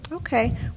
Okay